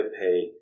pay